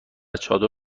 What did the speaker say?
چادر